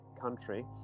country